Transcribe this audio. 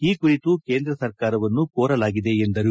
ಈ ಕುರಿತು ಕೇಂದ್ರ ಸರ್ಕಾರವನ್ನು ಕೋರಲಾಗಿದೆ ಎಂದರು